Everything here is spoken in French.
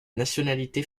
nationalité